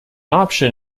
option